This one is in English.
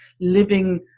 living